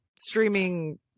streaming